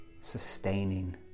sustaining